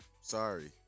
Sorry